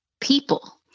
people